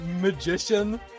magician